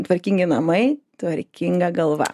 tvarkingi namai tvarkinga galva